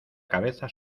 cabeza